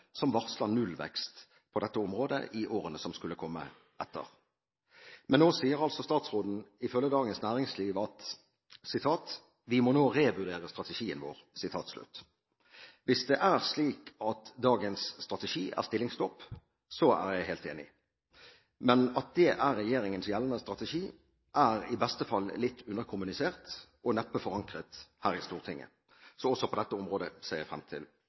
som varsler nullvekst på dette området i årene som skulle komme etter. Men nå sier altså statsråden ifølge Dagens Næringsliv: «Vi må nå revurdere strategien vår.» Hvis det er slik at dagens strategi er stillingsstopp, så er jeg helt enig. Men at det er regjeringens gjeldende strategi, er i beste fall litt underkommunisert og neppe forankret her i Stortinget. Så også på dette området ser jeg frem til